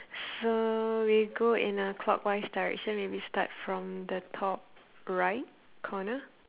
so we go in a clockwise direction maybe start from the top right corner